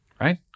right